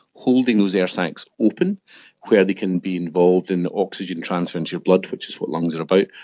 holding those air sacs open where they can be involved in the oxygen transfer into your blood, which is what lungs are about,